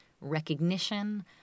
recognition